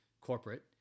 Corporate